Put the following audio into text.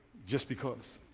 just because.